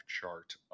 chart